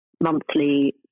monthly